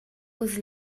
was